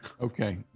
Okay